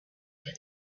did